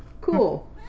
Cool